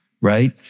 right